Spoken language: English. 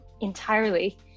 entirely